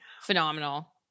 phenomenal